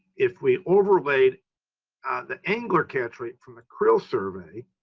if we overlaid the angler catch rate from a creel survey,